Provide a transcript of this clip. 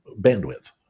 bandwidth